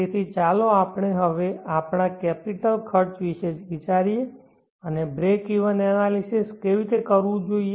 તેથી ચાલો આપણે હવે માટેના કેપિટલ ખર્ચ વિશે વિચારીએ અને બ્રેકઇવન એનાલિસિસ કેવી રીતે કરવું તે જોઈએ